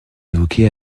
évoquez